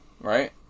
right